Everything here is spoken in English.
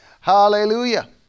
hallelujah